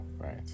right